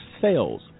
sales